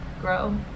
grow